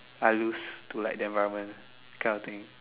I lose to like the environment kind of thing